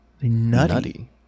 nutty